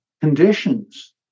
conditions